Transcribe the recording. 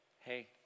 Hey